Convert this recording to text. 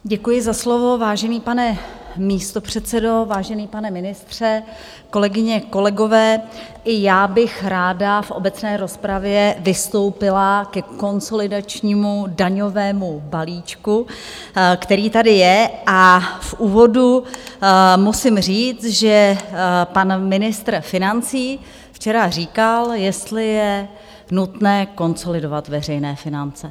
Děkuji za slovo, vážený pane místopředsedo, vážený pane ministře, kolegyně, kolegové, i já bych ráda v obecné rozpravě vystoupila ke konsolidačnímu daňovému balíčku, který tady je a v úvodu musím říct, že pan ministr financí včera říkal, jestli je nutné konsolidovat veřejné finance.